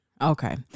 Okay